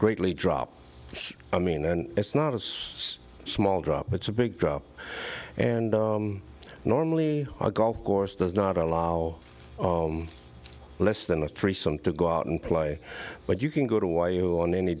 greatly drop i mean and it's not a small drop it's a big drop and normally a golf course does not allow less than a three some to go out and play but you can go to why you on any